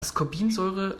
ascorbinsäure